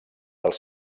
als